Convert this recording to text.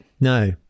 No